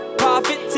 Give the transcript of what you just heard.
profit